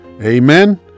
Amen